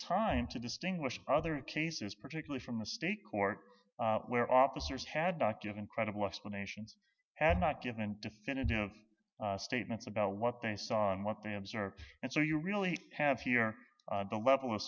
time to distinguish other cases particularly from the state court where officers had document credible if the nations had not given definitive statements about what they saw on what they observed and so you really have here the level of